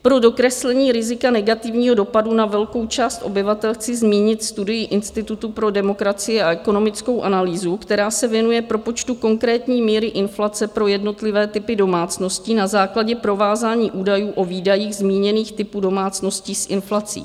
Pro dokreslení rizika negativního dopadu na velkou část obyvatel chci zmínit studii Institutu pro demokracii a ekonomickou analýzu, která se věnuje propočtu konkrétní míry inflace pro jednotlivé typy domácností na základě provázání údajů o výdajích zmíněných typů domácností s inflací.